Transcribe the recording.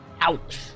Ouch